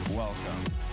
Welcome